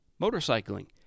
Motorcycling